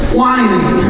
whining